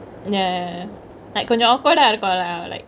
yeah yeah yeah like கொஞ்சொ:konjo awkward டா இருக்குலா:da irukulaa like